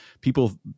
people